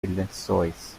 lençóis